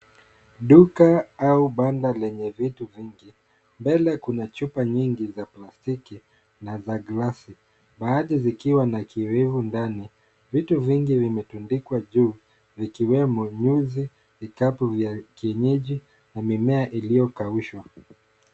Duka au banda lenye vitu vingi, mbele kuna chupa nyingi za plastiki na za glasi, baadhi zikiwa na kiowevu ndani. Vitu vingi vimetundikwa juu vikiwemo nyuzi, vikapu vya kienyeji na mimea iliyokaushawa.